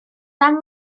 dan